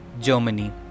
Germany